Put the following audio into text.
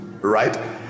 right